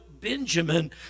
Benjamin